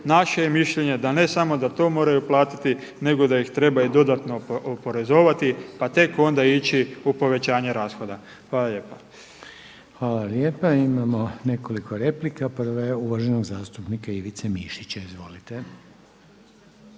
naše je mišljenje da ne samo da to moraju platiti nego da ih treba i dodatno oporezovati pa tek onda ići u povećanje rashoda. Hvala lijepa. **Reiner, Željko (HDZ)** Hvala vam lijepa. Imamo nekoliko replika, prva je uvaženog zastupnika Ivice Mišića. Izvolite.